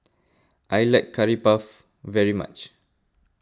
I like Curry Puff very much